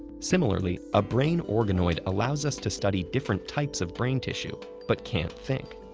similarly, a brain organoid allows us to study different types of brain tissue, but can't think.